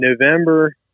November